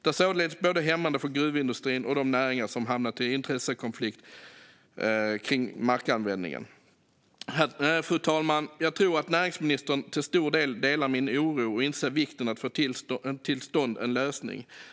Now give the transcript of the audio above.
Det är således hämmande både för gruvindustrin och för de näringar som hamnat i en intressekonflikt kring markanvändningen. Fru talman! Jag tror att näringsministern till stor del delar min oro och inser vikten av att få till stånd en lösning.